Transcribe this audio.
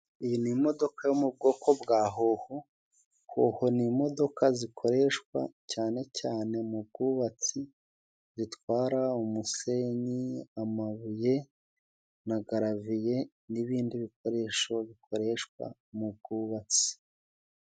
Iyi ni imodoka yo mu bwoko bwa hoho. Hoho ni imodoka zikoreshwa cyane cyane mu bwubatsi zitwara umusenyi, amabuye na garaviye, n'ibindi bikoresho bikoreshwa mu bwubatsi.